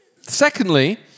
Secondly